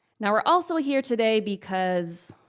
now we're also here today because,